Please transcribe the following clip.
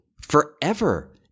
forever